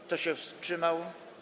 Kto się wstrzymał?